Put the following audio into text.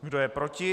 Kdo je proti?